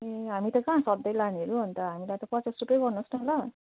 ए हामी त कहाँ सधैँ लानेहरू अनि त हामीलाई त पचास रुपियैँ गर्नुहोस् न ल